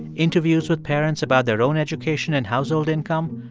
interviews with parents about their own education and household income.